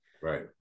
Right